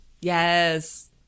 Yes